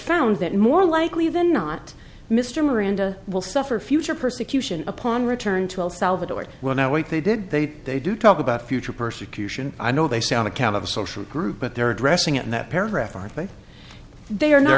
found that more likely than not mr miranda will suffer future persecution upon return to old salvatore well now wait they did they they do talk about future persecution i know they say on account of social group but they're addressing it in that paragraph i think they are